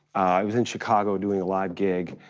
i was in chicago doing a live gig.